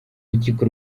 rukiko